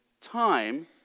time